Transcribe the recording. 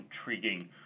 intriguing